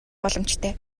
боломжтой